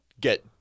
get